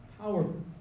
Powerful